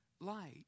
Light